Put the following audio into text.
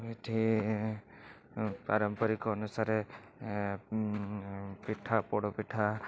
ଏଇଠି ପାରମ୍ପରିକ ଅନୁସାରେ ପିଠା ପୋଡ଼ ପିଠା